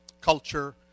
culture